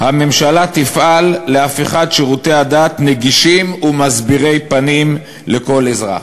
"הממשלה תפעל להפיכת שירותי הדת לנגישים ומסבירי פנים לכל אזרח".